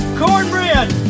cornbread